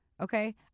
okay